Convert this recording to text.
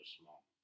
small